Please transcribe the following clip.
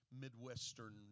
Midwestern